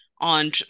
on